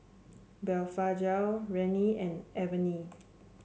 Blephagel Rene and Avene